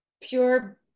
pure